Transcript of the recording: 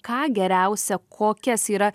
ką geriausia kokias yra